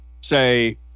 say